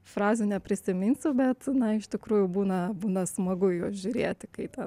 frazių neprisiminsiu bet na iš tikrųjų būna būna smagu į juos žiūrėti kai ten